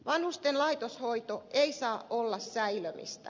vanhusten laitoshoito ei saa olla säilömistä